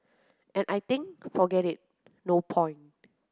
and I think forget it no point